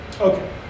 Okay